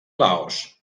laos